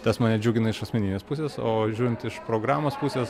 tas mane džiugina iš asmeninės pusės o žiūrint iš programos pusės